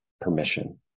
permission